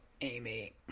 amy